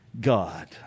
God